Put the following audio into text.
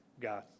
God